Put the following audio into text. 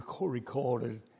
recorded